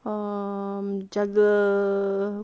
um jaga